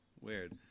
Weird